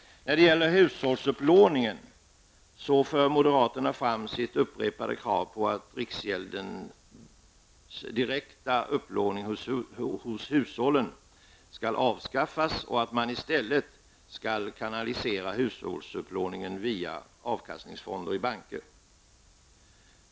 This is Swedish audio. När det gäller hushållsupplåning för moderaternas fram sitt upprepade krav på att riksgäldens direkta upplåning hos hushållen skall avskaffas och att man i stället skall kanalisera hushållsupplåningen via avkastningsfonder i banker.